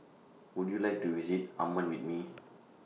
Would YOU like to visit Amman with Me